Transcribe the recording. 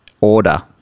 order